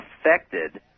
affected